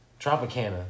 Tropicana